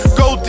go